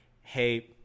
hey